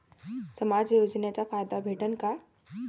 समाज योजनेचा फायदा भेटन का?